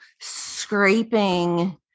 scraping